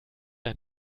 ein